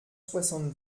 soixante